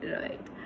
right